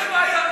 תודה.